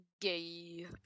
Gay